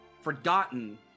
forgotten